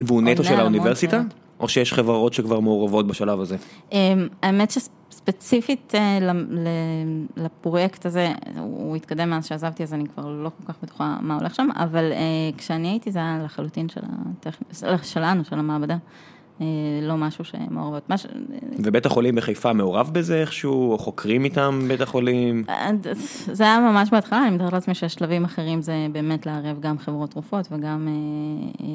והוא נטו של האוניברסיטה, או שיש חברות שכבר מעורבות בשלב הזה? האמת שספציפית לפרויקט הזה, הוא התקדם מאז שעזבתי אז אני כבר לא כל כך בטוחה מה הולך שם, אבל כשאני הייתי זה היה לחלוטין שלנו, של המעבדה, לא משהו שמעורבות... ובית החולים בחיפה מעורב בזה איכשהו, או חוקרים מטעם בית החולים? זה היה ממש בהתחלה, אני מתארת לעצמי שהשלבים אחרים זה באמת לערב גם חברות תרופות וגם...